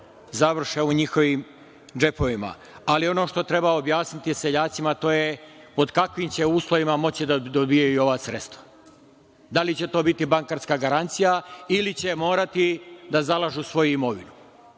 završe u njihovim džepovima. Ali, ono što treba objasniti seljacima, to je pod kakvim će uslovima moći da dobijaju ova sredstva, da li će to biti bankarska garancija ili će morati da zalažu svoju imovinu.